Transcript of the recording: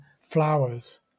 flowers